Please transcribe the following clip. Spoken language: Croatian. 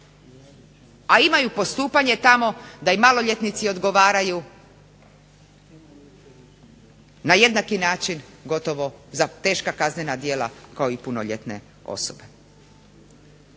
a imaju postupanje tamo da i maloljetnici odgovaraju na jednaki način gotovo za teška kaznena djela kao i punoljetne osobe.